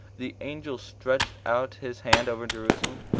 the angel stretched out his hand over jerusalem,